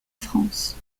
france